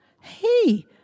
Hey